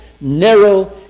narrow